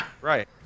Right